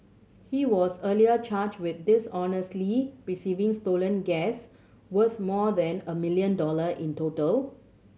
he was earlier charged with dishonestly receiving stolen gas worth more than a million dollar in total